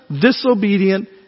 disobedient